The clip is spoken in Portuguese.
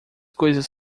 coisas